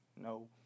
No